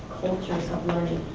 cultures of learning,